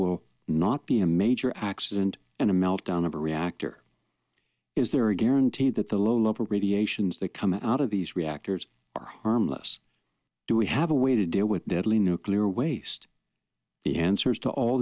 will not be a major accident and a meltdown of a reactor is there a guarantee that the low level radiations they come out of these reactors are harmless do we have a way to deal with deadly nuclear waste the answers to all